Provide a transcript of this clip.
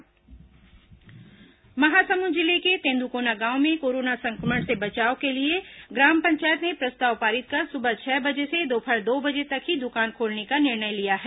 corona रोकथाम पहल महासमुंद जिले के तेंद्रकोना गांव में कोरोना संक्रमण से बचाव के लिए ग्राम पंचायत ने प्रस्ताव पारित कर सुबह छह बजे से दोपहर दो बजे तक ही दुकान खोलने का निर्णय लिया है